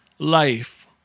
Life